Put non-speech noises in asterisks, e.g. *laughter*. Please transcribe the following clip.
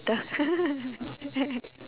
~ter *laughs*